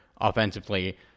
offensively